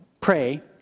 pray